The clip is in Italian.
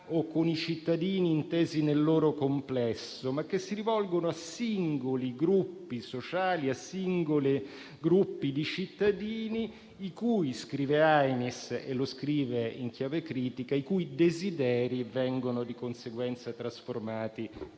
o con i cittadini intesi nel loro complesso, ma che si rivolgono a singoli gruppi sociali e a singoli gruppi di cittadini - scrive Ainis in chiave critica - i cui desideri vengono di conseguenza trasformati in norme